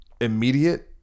immediate